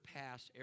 pass